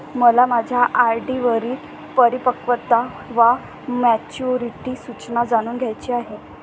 मला माझ्या आर.डी वरील परिपक्वता वा मॅच्युरिटी सूचना जाणून घ्यायची आहे